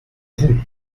vous